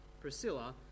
Priscilla